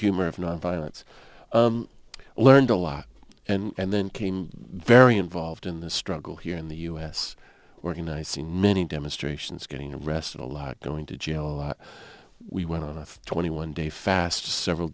humor of nonviolence learned a lot and then came very involved in the struggle here in the u s organizing many demonstrations getting arrested a lot going to jail we went on a twenty one day fast several